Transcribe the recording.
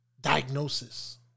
diagnosis